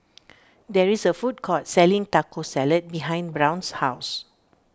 there is a food court selling Taco Salad behind Brown's house